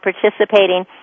participating